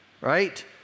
right